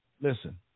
Listen